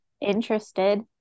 interested